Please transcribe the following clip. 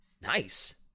Nice